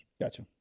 Gotcha